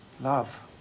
Love